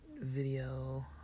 video